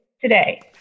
today